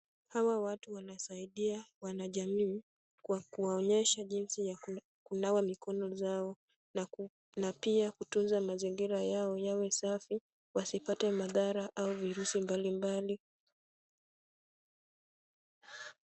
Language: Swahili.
Hawa watu wanasaidia wanajamii kwa kuwaonyesha jinsi ya kunawa mikono zao na pia kutunza mazingira yao yawe safi wasipate madhara au virusi mbalimbali.